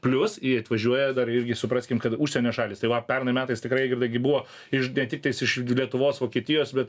plius ir atvažiuoja dar irgi supraskim kad užsienio šalys tai va pernai metais tikrai irgi buvo iš ne tiktais iš lietuvos vokietijos bet